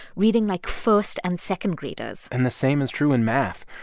reading like first and second-graders and the same is true in math.